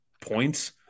points